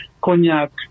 cognac